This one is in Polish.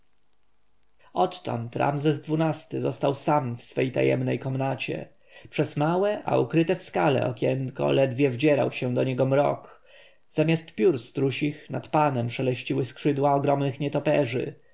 odtąd ramzes xii-ty został sam w swej tajemnej komnacie przez małe a ukryte w skale okienko ledwie wdzierał się do niego mrok zamiast piór strusich nad panem szeleściły skrzydła ogromnych nietoperzy